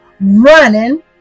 running